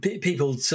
people